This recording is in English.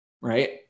right